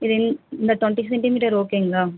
இது இந் இந்த டொண்ட்டி சென்டிமீட்டர் ஓகேங்களா